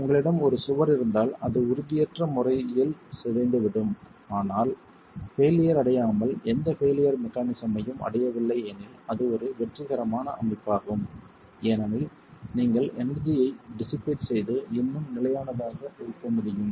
உங்களிடம் ஒரு சுவர் இருந்தால் அது உறுதியற்ற முறையில் சிதைந்துவிடும் ஆனால் பெய்லியர் அடையாமல் எந்த பெய்லியர் மெக்கானிஸம் ஐயும் அடையவில்லை எனில் அது ஒரு வெற்றிகரமான அமைப்பாகும் ஏனெனில் நீங்கள் எனர்ஜி ஐச் டிசிபேட் செய்து இன்னும் நிலையானதாக வைக்க முடியும்